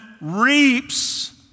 reaps